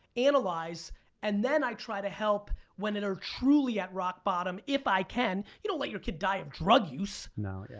analyze and then i try to help when they're and ah truly at rock bottom, if i can. you don't let your kid die of drug use. no, yeah